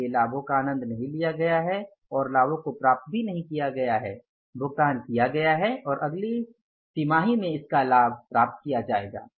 इसलिए लाभों का आनंद नहीं लिया गया है और लाभों को प्राप्त नहीं किया गया है भुगतान किया गया है और लाभ अगली तिमाही में अगली अवधि में प्राप्त किए जाएंगे